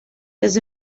does